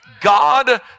God